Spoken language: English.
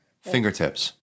Fingertips